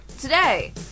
Today